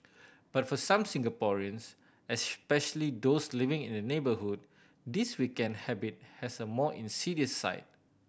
but for some Singaporeans especially those living in the neighbourhood this weekend habit has a more insidious side